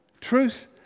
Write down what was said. truth